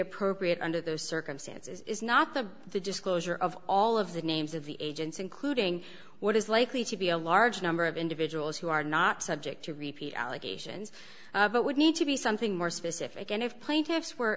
appropriate under those circumstances is not the the disclosure of all of the names of the agents including what is likely to be a large number of individuals who are not subject to repeat allegations but would need to be something more specific and if plaintiffs were